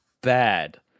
bad